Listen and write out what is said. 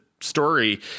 story